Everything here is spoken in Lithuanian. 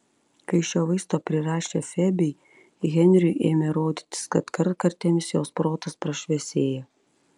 kai šio vaisto prirašė febei henriui ėmė rodytis kad kartkartėmis jos protas prašviesėja